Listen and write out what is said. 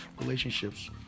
relationships